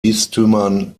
bistümern